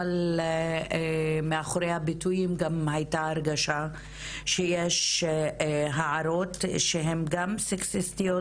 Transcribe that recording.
אבל מאחורי הביטויים גם היתה הרגשה שיש הערות שהן גם סקסיסטיות,